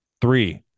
three